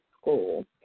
school